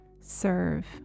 serve